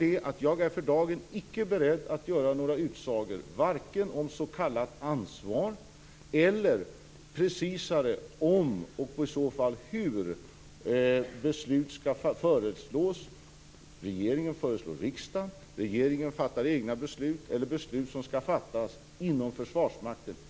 Det gör att jag för dagen icke är beredd att göra några utsagor, vare sig om s.k. ansvar eller mera precist om och i så fall hur beslut skall föreslås, om regeringen skall föreslå riksdagen, om regeringen skall fatta egna beslut eller om beslut skall fattas inom Försvarsmakten.